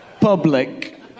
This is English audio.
public